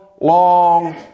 long